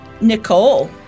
Nicole